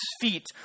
feet